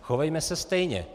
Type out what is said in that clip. Chovejme se stejně.